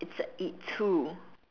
it's a it too